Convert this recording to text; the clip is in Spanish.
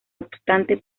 obstante